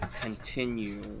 continue